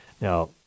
now